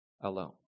alone